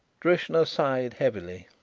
drishna sighed heavily.